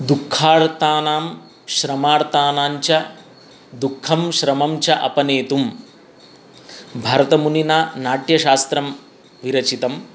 दुःखार्तानां श्रमार्तानाञ्च दुःखं श्रमं च अपनेतुं भरतमुनिना नाट्यशास्त्रं विरचितम्